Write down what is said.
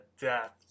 death